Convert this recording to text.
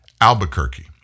Albuquerque